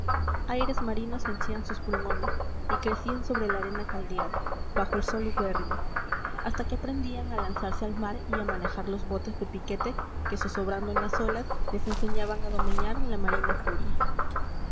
aires marinos henchían sus pulmones y crecían sobre la arena caldeada bajo el sol ubérrimo hasta que aprendían a lanzarse al mar y a manejar los botes de piquete que zozobrando en las olas les enseñaban a domeñar la marina furia